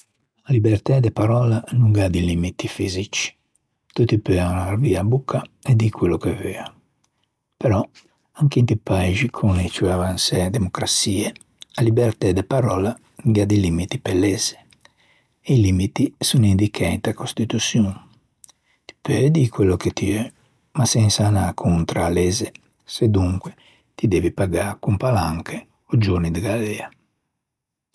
A libertæ de paròlla a no gh'à di limiti fisici. Tutti peuan arvî a bocca e dî quello che veuan però anche inti paixi con e ciù avansæ democraçie, a libertæ de paròlla a gh'à di limiti pe lezze. I limiti son indicæ inta costituçion. Ti peu dî quello che ti eu ma sensa anâ contra a-a lezze, sedonca di devi pagâ con palanche ò giorni de galea.